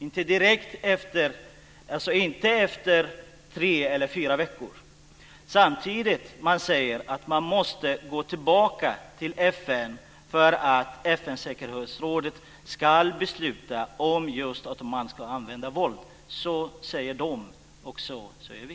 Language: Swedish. Man ska alltså inte göra detta efter tre eller fyra veckor. Samtidigt sägs det att man måste gå tillbaka till FN för att FN:s säkerhetsråd ska besluta just om man ska använda våld. Så sägs det, och så säger vi.